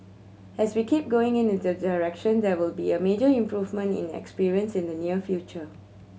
as we keep going in the the direction there will be a major improvement in experience in the near future